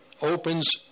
opens